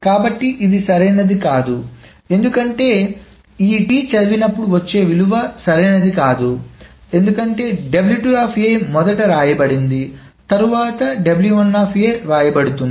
కాబట్టి ఇది సరైనది కాదు ఎందుకంటే ఈ T చదివినప్పుడు వచ్చే విలువ సరైనది కాదు ఎందుకంటే మొదట వ్రాయబడింది మరియు తరువాత వ్రాయబడు తుంది